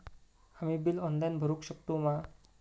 आम्ही bill online भरुक शकतू मा?